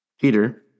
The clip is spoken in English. Peter